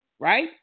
right